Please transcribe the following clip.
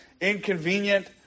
inconvenient